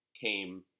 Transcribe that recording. came